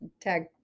tag